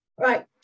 right